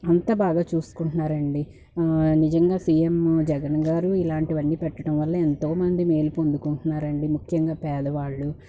అంత బాగా చూసుకుంటున్నారండి నిజంగా సీఎం జగన్ గారు ఇలాంటివన్నీ పెట్టడం వల్ల ఎంతోమంది మేలు పొందుకుంటున్నారండి ముఖ్యంగా పేదవాళ్ళు